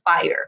fire